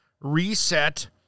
reset